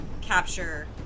capture